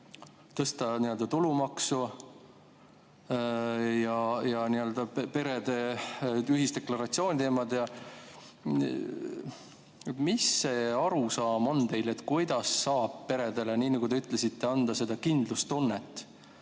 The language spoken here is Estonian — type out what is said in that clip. ja [lisaks on] perede ühisdeklaratsiooni teemad. Mis see arusaam teil on? Kuidas saab peredele, nii nagu te ütlesite, anda seda kindlustunnet,